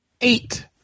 eight